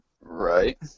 Right